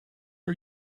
are